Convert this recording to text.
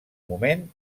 moment